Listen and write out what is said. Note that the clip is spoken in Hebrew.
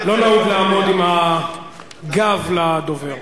לא נהוג לעמוד עם הגב לדובר.